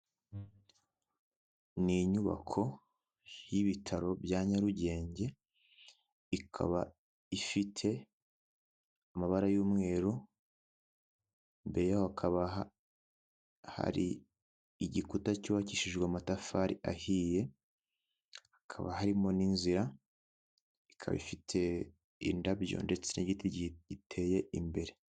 Ni inyubako y'ibitaro bya nyarugenge ikaba ifite amabara y'umweru, imbere yo hakaba hari igikuta cyubakishijwe amatafari ahiye, hakaba harimo n'inzira ikaba ifite indabyo ndetse n'igiti giteye imbere.